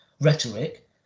rhetoric